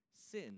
sin